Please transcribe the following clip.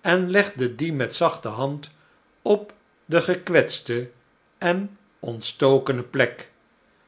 en legde die met zachte hand op de gekwetste en ontstokene plek